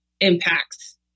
impacts